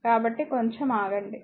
కాబట్టి కొంచం ఆగండి